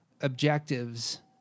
objectives